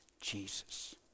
Jesus